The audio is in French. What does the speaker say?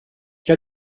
qu’a